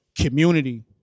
community